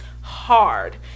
hard